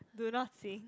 do not sing